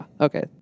Okay